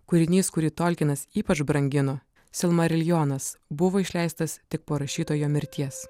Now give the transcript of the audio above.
kūrinys kurį tolkinas ypač brangino silmariljonas buvo išleistas tik po rašytojo mirties